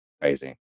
Crazy